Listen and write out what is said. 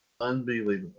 Unbelievable